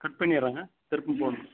cut பண்ணிடுறேங்க திருப்பி போடணும்